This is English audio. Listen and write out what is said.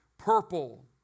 purple